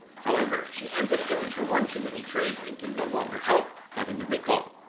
however, she ends up going for one too many trades and can no longer help, having to recall.